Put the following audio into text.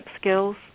skills